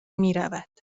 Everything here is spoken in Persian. میرود